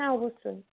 হ্যাঁ অবশ্যই